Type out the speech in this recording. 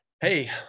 hey